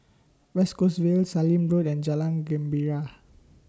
West Coast Vale Sallim Road and Jalan Gembira